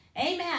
Amen